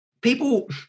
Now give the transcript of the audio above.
people